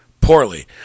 Poorly